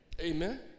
Amen